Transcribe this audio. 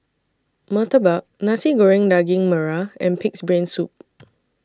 Murtabak Nasi Goreng Daging Merah and Pig'S Brain Soup